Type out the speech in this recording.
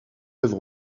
œuvre